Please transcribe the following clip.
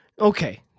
Okay